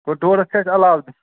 گوٚو ڈۄڑ ہَتھ چھ اَسہٕ علاوٕ دیُن